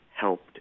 helped